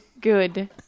good